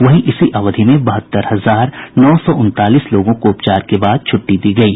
वहीं इसी अवधि में बहत्तर हजार नौ सौ उनतालीस लोगों को उपचार के बाद छूट्टी दी गयी